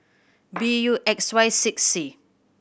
B U X Y six C